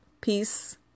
peace